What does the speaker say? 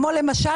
כמו למשל,